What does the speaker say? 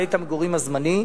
בית-המגורים הזמני.